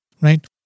right